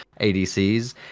ADCs